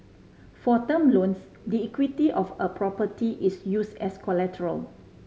for term loans the equity of a property is used as collateral